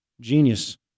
Genius